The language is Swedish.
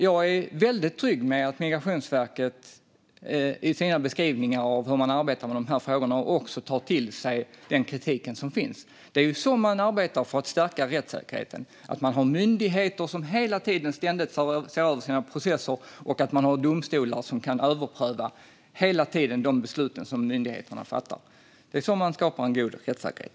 Jag är väldigt trygg med att Migrationsverket i sina beskrivningar av hur man arbetar med frågorna tar till sig den kritik som finns. På det sättet arbetar man för att stärka rättssäkerheten. Man har myndigheter som ständigt ser över sina processer och domstolar som hela tiden kan överpröva de beslut som myndigheterna fattar. På det sättet skapar man god rättssäkerhet.